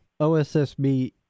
OSSB